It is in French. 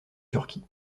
turquie